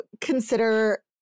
consider